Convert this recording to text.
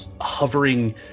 hovering